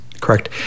correct